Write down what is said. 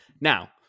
Now